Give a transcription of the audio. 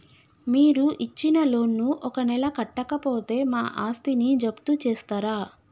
మీరు ఇచ్చిన లోన్ ను ఒక నెల కట్టకపోతే మా ఆస్తిని జప్తు చేస్తరా?